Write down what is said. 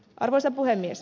arvoisa puhemies